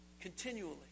continually